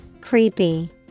Creepy